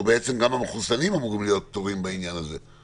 בעצם גם המחוסנים אמורים להיות פטורים בעניין הזה.